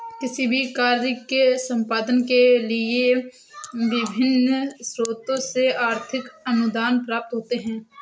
किसी भी कार्य के संपादन के लिए विभिन्न स्रोतों से आर्थिक अनुदान प्राप्त होते हैं